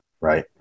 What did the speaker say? Right